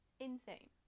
insane